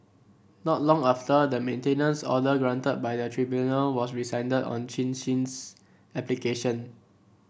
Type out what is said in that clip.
not long after the maintenance order granted by the tribunal was rescinded on Chin Sin's application